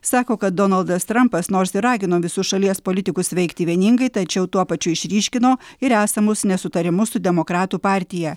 sako kad donaldas trampas nors ir ragino visus šalies politikus veikti vieningai tačiau tuo pačiu išryškino ir esamus nesutarimus su demokratų partija